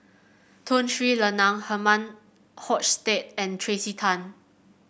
Tun Sri Lanang Herman Hochstadt and Tracey Tan